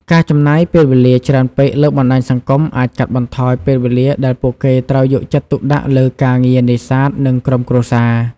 ការចំណាយពេលវេលាច្រើនពេកលើបណ្តាញសង្គមអាចកាត់បន្ថយពេលវេលាដែលពួកគេត្រូវយកចិត្តទុកដាក់លើការងារនេសាទ និងក្រុមគ្រួសារ។